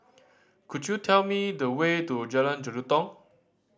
could you tell me the way to Jalan Jelutong